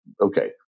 Okay